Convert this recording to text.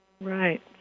Right